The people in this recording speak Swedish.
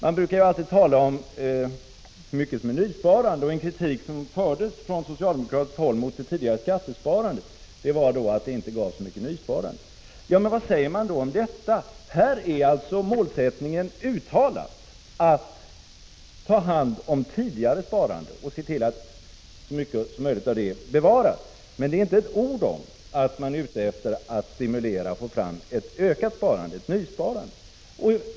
Man brukar ju alltid tala om hur mycket som är nysparande, och en kritik som framfördes från socialdemo 143 kratiskt håll mot det tidigare skattesparandet var att det inte gav så mycket nysparande. Vad säger man då om detta? Här är alltså den uttalade målsättningen att ta hand om tidigare sparande och se till att så mycket som möjligt av det bevaras. Men det finns inte ett ord om att man är ute efter att stimulera och få fram ett ökat sparande, ett nysparande.